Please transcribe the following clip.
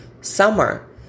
summer